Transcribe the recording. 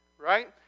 right